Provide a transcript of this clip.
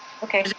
okay.